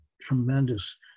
tremendous